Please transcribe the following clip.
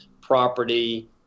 property